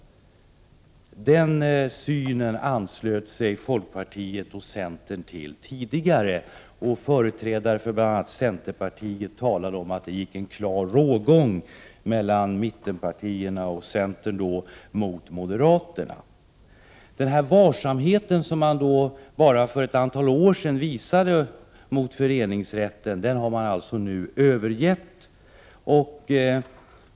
Till detta synsätt anslöt sig folkpartiet och centern tidigare, och företrädare för bl.a. centerpartiet talade om att det gick en klar rågång mellan mittenpartierna och moderaterna. Den varsamhet man för bara något år sedan visade mot föreningsrätten har man alltså nu övergivit.